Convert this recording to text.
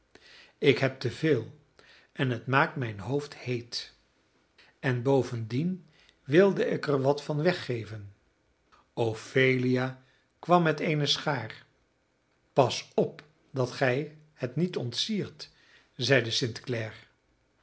ik heb te veel en het maakt mijn hoofd heet en bovendien wilde ik er wat van weggeven ophelia kwam met eene schaar pas op dat gij het niet ontsiert zeide st